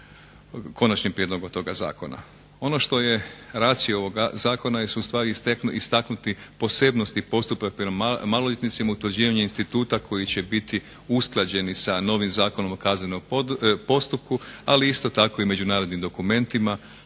konačnim prijedlogom toga zakona. Ono što je racio ovoga zakona jesu ustvari istaknuti posebnosti postupka prema maloljetnicima, utvrđivanje instituta koji će biti usklađeni sa novim Zakonom o kaznenom postupku, ali isto tako i međunarodnim dokumentima,